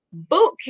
Bootcamp